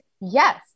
Yes